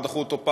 דחו אותו פעם,